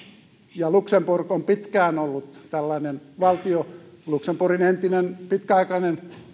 ja luxemburg on pitkään ollut tällainen valtio luxemburgin entinen pitkäaikainen